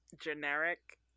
generic